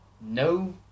No